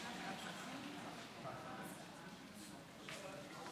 עד שלוש דקות, אדוני, בבקשה.